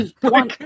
One